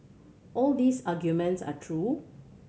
all these arguments are true